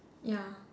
ya